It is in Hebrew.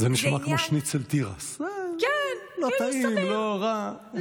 זה נשמע כמו שניצל תירס, לא טעים, לא רע.